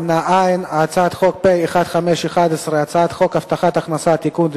ההצעה להעביר את הצעת חוק הבטחת הכנסה (תיקון,